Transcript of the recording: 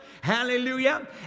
Hallelujah